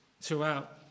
throughout